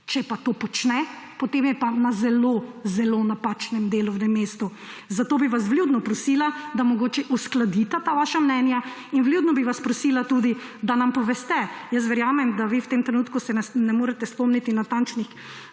Če pa to počne, potem je pa na zelo zelo napačnem delovnem mestu. Zato bi vas vljudno prosila, da mogoče uskladita ta vaša mnenja. In vljudno bi vas prosila tudi, da nam poveste – jaz verjamem, da se vi v tem trenutku ne morete spomniti natančnih